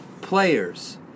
players